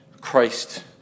Christ